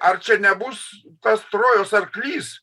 ar čia nebus tas trojos arklys